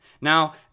Now